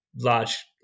Large